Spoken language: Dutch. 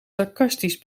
sarcastisch